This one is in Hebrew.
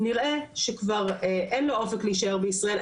נראה שכבר אין לו אופק להישאר בישראל,